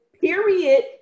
period